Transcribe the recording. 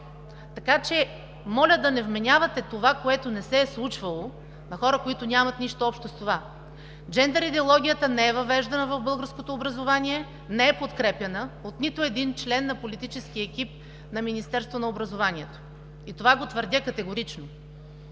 Така че моля да не вменявате това, което не се е случвало на хора, които нямат нищо общо с това. Джендър идеологията не е въвеждана в българското образование, не е подкрепяна от нито един член на политическия екип на Министерството на образованието и това го твърдя категорично.